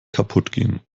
kaputtgehen